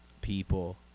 people